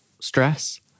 stress